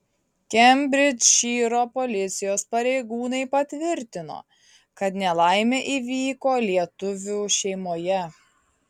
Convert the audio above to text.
kembridžšyro policijos pareigūnai patvirtino kad nelaimė įvyko lietuvių šeimoje